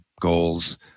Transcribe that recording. goals